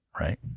right